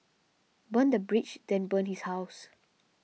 burn the bridge then burn his house